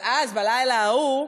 אבל אז, בלילה ההוא,